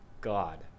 god